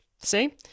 See